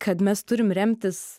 kad mes turim remtis